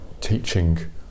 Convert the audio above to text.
teaching